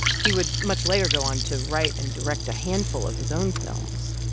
he would much later go on to write and direct a handful of his own films,